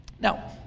Now